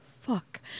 fuck